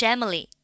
Emily